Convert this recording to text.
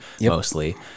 mostly